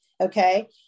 okay